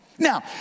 Now